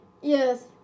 Yes